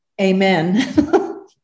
Amen